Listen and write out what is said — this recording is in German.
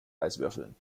eiswürfeln